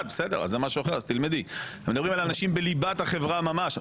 אנחנו מדברים על אנשים בליבת החברה ממש.